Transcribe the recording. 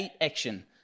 action